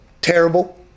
terrible